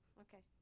okay.